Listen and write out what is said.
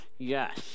Yes